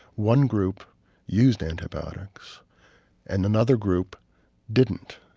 one group used antibiotics and another group didn't.